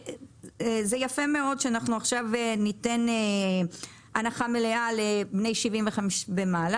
זה יפה מאוד שאנחנו עכשיו ניתן הנחה מלאה לבני 75 ומעלה.